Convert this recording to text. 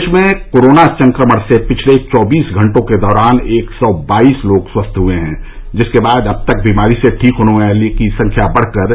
प्रदेश में कोरोना संक्रमण से पिछले चौबीस घंटों के दौरान एक सौ बाईस लोग स्वस्थ हुए हैं जिसके बाद अब तक बीमारी से ठीक होने वालों की संख्या बढ़कर